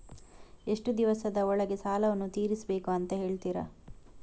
ಎಷ್ಟು ದಿವಸದ ಒಳಗೆ ಸಾಲವನ್ನು ತೀರಿಸ್ಬೇಕು ಅಂತ ಹೇಳ್ತಿರಾ?